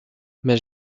mais